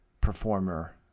performer